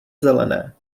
zelené